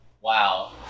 Wow